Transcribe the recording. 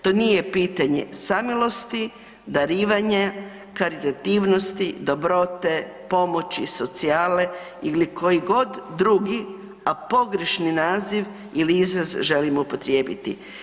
To nije pitanje samilosti, dobivanja, karitativnosti, dobrote, pomoći, socijale ili koji god drugi a pogrešni naziv ili izraz želimo upotrijebiti.